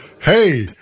Hey